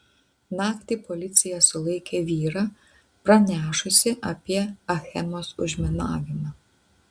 naktį policija sulaikė vyrą pranešusį apie achemos užminavimą